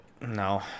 No